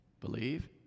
Believe